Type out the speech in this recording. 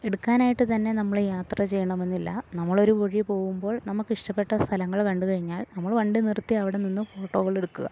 എടുക്കാനായിട്ടു തന്നെ നമ്മൾ യാത്ര ചെയ്യണമെന്നില്ല നമ്മളൊരു വഴി പോകുമ്പോൾ നമുക്കിഷ്ടപ്പെട്ട സ്ഥലങ്ങൾ കണ്ടു കഴിഞ്ഞാൽ നമ്മൾ വണ്ടി നിർത്തിയവിടെ നിന്ന് ഫോട്ടോകളെടുക്കുക